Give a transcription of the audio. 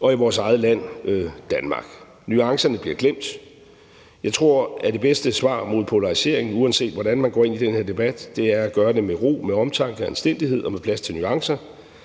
og i vores eget land, Danmark. Nuancerne bliver glemt. Jeg tror, at det bedste svar mod polariseringen, uanset hvordan man går ind i den her debat, er at gøre det med ro, med omtanke, anstændighed og med plads til nuancer,